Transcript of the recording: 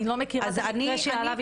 אני לא מכירה את המקרה שעליו היא מדברת.